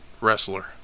wrestler